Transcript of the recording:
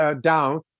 down